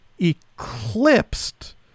eclipsed